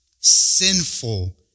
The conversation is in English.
sinful